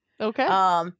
Okay